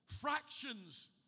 fractions